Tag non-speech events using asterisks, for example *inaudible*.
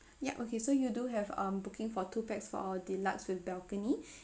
ya okay so you do have um booking for two pax for our deluxe with balcony *breath*